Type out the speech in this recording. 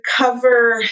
cover